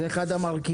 זה אחד המרכיבים,